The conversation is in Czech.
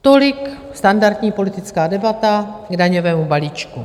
Tolik standardní politická debata k daňovému balíčku.